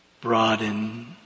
broaden